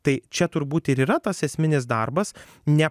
tai čia turbūt ir yra tas esminis darbas ne